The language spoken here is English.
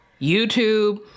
YouTube